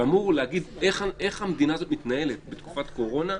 שאמור להגיד איך המדינה הזאת מתנהלת בתקופת קורונה,